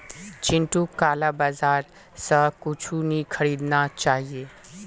चिंटूक काला बाजार स कुछू नी खरीदना चाहिए